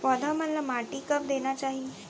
पौधा मन ला माटी कब देना चाही?